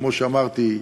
כמו שאמרתי,